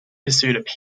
pursued